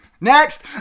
Next